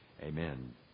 Amen